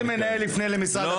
איזה מנהל יפנה למשרד החינוך?